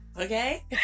Okay